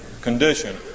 condition